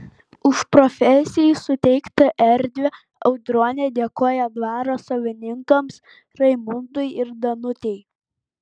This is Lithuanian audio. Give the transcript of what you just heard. už fotosesijai suteiktą erdvę audronė dėkoja dvaro savininkams raimundui ir danutei